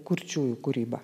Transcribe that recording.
kurčiųjų kūryba